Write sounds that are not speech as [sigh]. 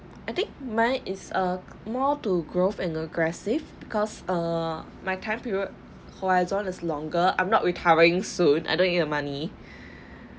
I think mine is uh more to growth and aggressive because uh my time period horizon is longer I'm not retiring soon I don't need the money [breath]